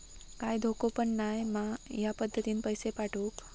काय धोको पन नाय मा ह्या पद्धतीनं पैसे पाठउक?